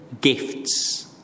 gifts